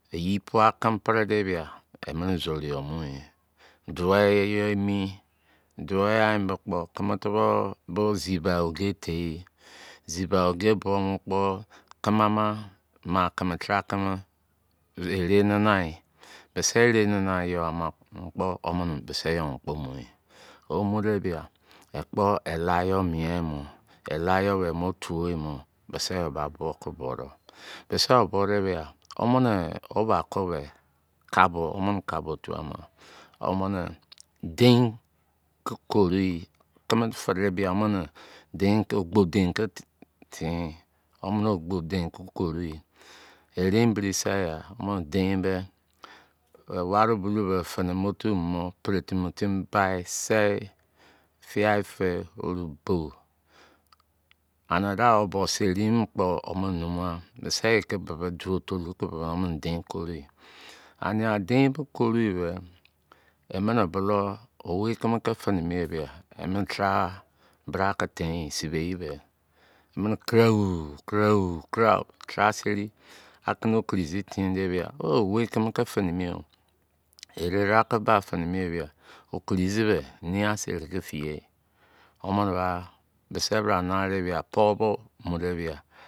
Eyi pụa kini pri de bia emini zoru yọ mu yi. Dụwei eyo emi. Duwei gha bembe kpo kini-tụbọụ bo ziba oge tei yi. Ziba oge buomo kpo kimi maa kimi, taara kimi ere nana yi. Bisi erenana yọ ama kpo womini bisi yo mo kpo mu yi mi. Wo mu de bia, ekpo ela mien mi. Ela yọ be̱ emọ otuo yimọ. Bisi yo ba bụọ ki buo do. Bisi yo bode bia, womini, wo ba kube. Womini kabu-womini kabu otu ama. Womini dein ki koru yi. Kini fi debia, womini dein, ogbo-dein ki tinyi. Erein-biri seigha. Womini dein be̱, waribul ou be finimi otumu mo deretimi timi bai sei, fiyaị fị, oru̱bou. Ani dia, o bo seri mo kpo womini namu gha. Bisi ye duo tolu ki bibi, duo tolu ki bibi ni womini dein koru yi. Ania dein be koru yi be, emini bulou, owei-kini ki fi nimi e bia emini taara bra ki tein yi. Sibeyi be, emini, krau! Krau!! Krau!!! Taara seri aki ni okrizi tein de bia. Oh! Oweikimi ki finimi o. Erearau ki fi ami ye bia, okrizi be, nein a seri ki fiye yi.